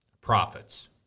profits